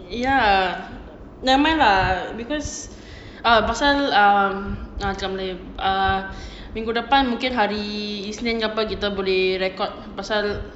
ya nevermind lah because err pasal um um cakap melayu err minggu depan mungkin hari isnin apa kita boleh record pasal